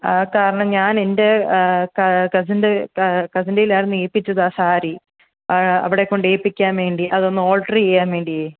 കാരണം ഞാൻ എൻ്റെ കസിൻ്റെ കസിൻ്റെയിൽ ആയിരുന്നു ഏൽപ്പിച്ചത് ആ സാരി അവിടെ കൊണ്ട് ഏൽപ്പിക്കാൻ വേണ്ടി അതൊന്ന് ഓൾട്റ് ചെയ്യാൻ വേണ്ടിയേ